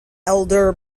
elder